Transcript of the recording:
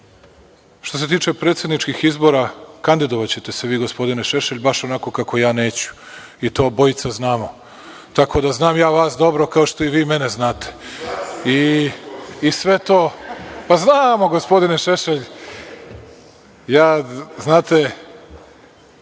se tiče predsedničkih izbora, kandidovaćete se vi gospodine Šešelj baš onako kako ja neću i to obojica znamo. Tako da znam ja vas dobro kao što i vi mene znate. Gospodine Šešelj, znate,